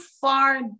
far